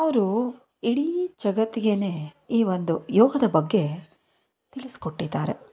ಅವರು ಇಡೀ ಜಗತ್ತಿಗೇನೆ ಈ ಒಂದು ಯೋಗದ ಬಗ್ಗೆ ತಿಳಿಸಿಕೊಟ್ಟಿದ್ದಾರೆ